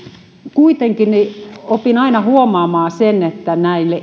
kuitenkin opin aina huomaamaan sen että näille